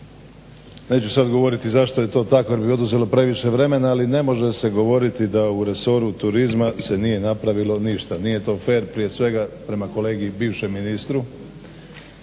Neću sad govoriti zašto je to tako jer bi oduzelo previše vremena, ali ne može se govoriti da u resoru turizma se nije napravilo ništa. Nije to fer prije svega prema kolegi bivšem ministru.